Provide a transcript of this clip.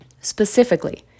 Specifically